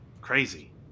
Crazy